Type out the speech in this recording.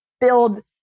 build